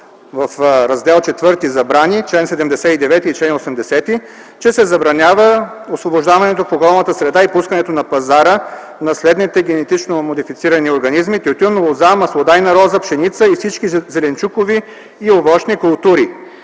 в Раздел ІV „Забрани”, чл. 79 и чл. 80, че се забранява освобождаването в околната среда и пускането на пазара на следните генетично модифицирани организми – тютюн, лоза, маслодайна роза, пшеница и всички зеленчукови и овощни култури.